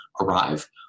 arrive